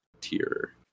tier